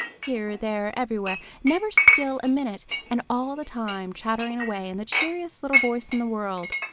here, there, everywhere, never still a minute, and all the time chattering away in the cheeriest little voice in the world.